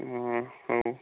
ହଁ ହଉ